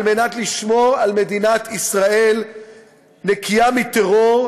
מנת לשמור על מדינת ישראל נקייה מטרור,